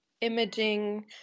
imaging